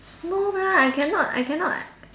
no lah I cannot I cannot